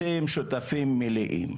אתם שותפים מלאים,